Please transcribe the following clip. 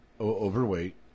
overweight